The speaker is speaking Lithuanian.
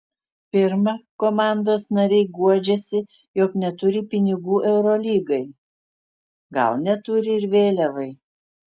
pirma komandos nariai guodžiasi jog neturi pinigų eurolygai gal neturi ir vėliavai